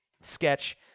sketch